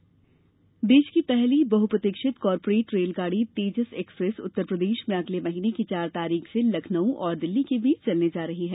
corporate train देश की पहली बहुप्रतीक्षित कार्पोरेट रेलगाड़ी तेजस एक्सप्रेक्स उत्तर प्रदेश में अगले महीने की चार तारीख से लखनऊ और दिल्ली के बीच चलने जा रही है